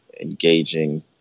engaging